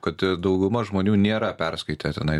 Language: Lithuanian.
kad dauguma žmonių nėra perskaitę tenais